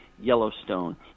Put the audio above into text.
Yellowstone